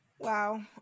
Wow